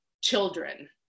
children